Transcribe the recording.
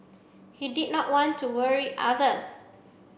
he did not want to worry others